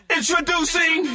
Introducing